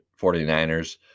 49ers